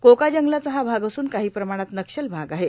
Coca जंगलाचा हा भाग असून काहों प्रमाणात नक्षल भाग आहे